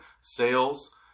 sales